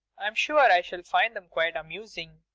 i'm sure i shall find them quite amusing.